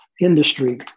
industry